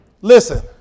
Listen